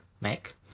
mac